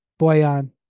Boyan